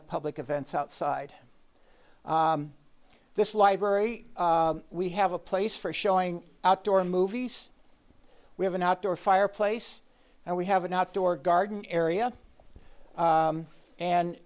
of public events outside this library we have a place for showing outdoor movies we have an outdoor fireplace and we have an outdoor garden area